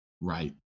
right